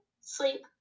sleep